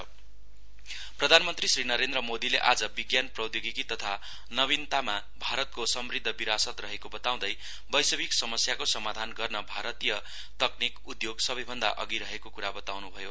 PM IISF प्रधानमन्त्री श्री नरेन्द्र मोदीले आज विज्ञान प्रौद्योगिकी तथा नवीनतामा भारतको समृद्ध विरासत रहेको बताउँदै वैश्विक समस्याको समाधान गर्नमा भारतीय तक्रिक उद्योग सबैभन्दा अघि रहेको कुरा बताउनुभयो